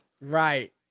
Right